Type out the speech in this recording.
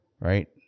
right